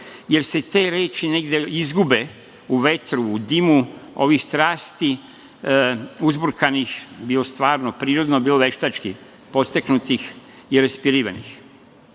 jer se te reči negde izgube u vetru, u dimu ovih uzburkanih strasti, bilo stvarno, prirodno, bilo veštački podstaknutih i raspirivanih,